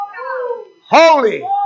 holy